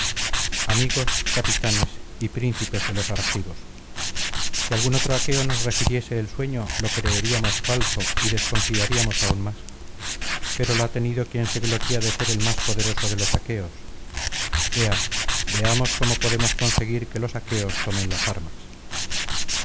amigos capitanes y príncipes de los argivos si algún otro aqueo nos refiriese el sueño lo creeríamos falso y desconfiaríamos aún más pero lo ha tenido quien se gloría de ser el más poderoso de los aqueos ea veamos cómo podremos conseguir que los aqueos tomen las armas